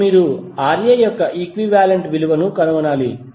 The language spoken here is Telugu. ఇప్పుడు మీరు Ra యొక్క ఈక్వివాలెంట్ విలువను కనుగొనాలి